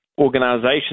organizations